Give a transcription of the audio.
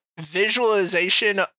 visualization